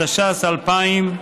התש"ס 2000,